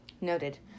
Noted